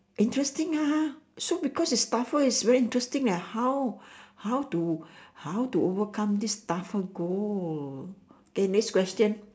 interesting ah so because it's partial it's very interesting leh how how to how to overcome this buffer goal eh next question